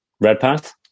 Redpath